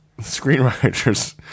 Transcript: screenwriters